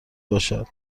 باشد